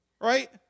Right